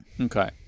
Okay